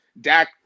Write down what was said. Dak